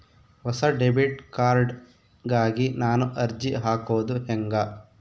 ಹೊಸ debit card ಗಾಗಿ ನಾನು ಅರ್ಜಿ ಹಾಕೊದು ಹೆಂಗ?